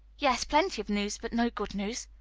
yes, plenty of news, but no good news.